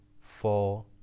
four